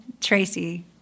Tracy